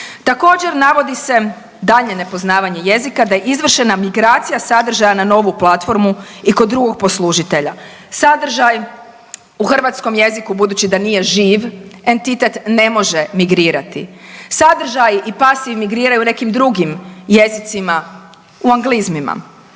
Također navodi se daljnje nepoznavanje jezika kada je izvršena migracija sadržaja na novu platformu i kod drugog poslužitelja. Sadržaj u hrvatskom jeziku budući da nije živ entitet ne može migrirati. Sadržaj i pas emigriraju u nekim drugim jezicima u anglizmima.